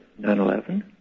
9-11